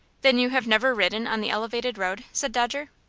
then you have never ridden on the elevated road? said dodger.